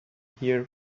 here